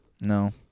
No